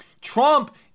Trump